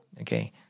Okay